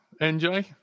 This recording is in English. NJ